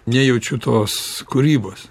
nejaučiu tos kūrybos